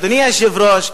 אדוני היושב-ראש,